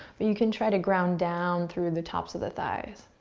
but you can try to ground down through the tops of the thighs.